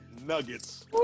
Nuggets